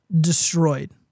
destroyed